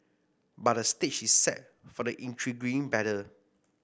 but the stage is set for an intriguing battle